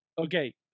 Okay